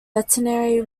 veterinary